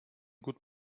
gut